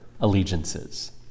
allegiances